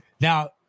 Now